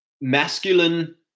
masculine